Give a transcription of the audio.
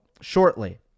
shortly